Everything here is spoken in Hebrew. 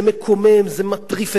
זה דבר שאי-אפשר לעבור עליו בשתיקה.